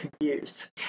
confused